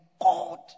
God